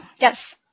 yes